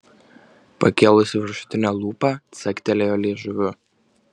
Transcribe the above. pakėlusi viršutinę lūpą caktelėjo liežuviu